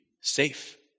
safe